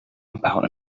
about